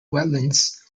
wetlands